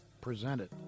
presented